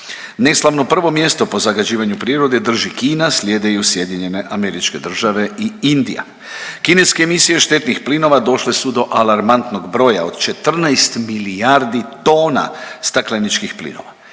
Neslavno prvo mjesto po zagađivanju prirode drži Kina slijede ju SAD i Indija. Kineske emisije štetnih plinova došle su do alarmantnog broja od 14 milijardi tona stakleničkih plinova.